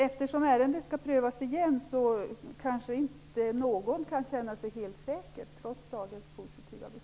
Eftersom ärendena skall prövas igen kanske inte någon kan känna sig helt säker, trots dagens positiva beslut.